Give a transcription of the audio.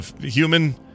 human